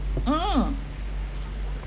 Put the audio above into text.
mm